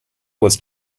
was